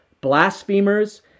blasphemers